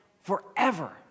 forever